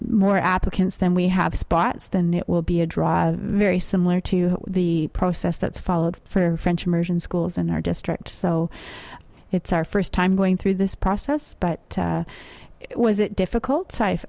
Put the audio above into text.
more applicants than we have spots then it will be a drive very similar to the process that's followed for french immersion schools in our district so it's our first time going through this process but it was difficult s